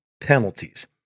penalties